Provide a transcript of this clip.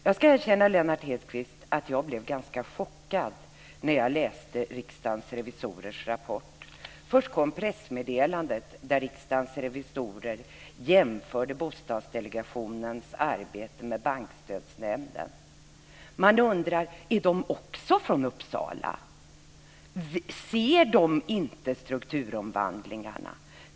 Jag ska erkänna, Lennart Hedquist, att jag blev ganska chockad när jag läste Riksdagens revisorers rapport. Först kom pressmeddelandet där Riksdagens revisorer jämförde Bostadsdelegationens arbete med Bankstödsnämnden. Man undrar om revisorerna också är från Uppsala. Ser de inte strukturomvandlingarna?